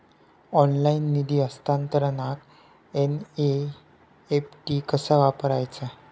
Online निधी हस्तांतरणाक NEFT कसा वापरायचा?